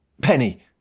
Penny